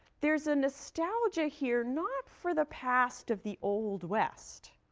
there is a nostalgia here, not for the past of the old west.